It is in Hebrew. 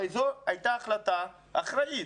הרי זו הייתה החלטה אחראית,